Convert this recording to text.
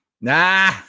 Nah